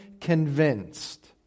convinced